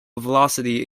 velocity